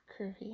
curvy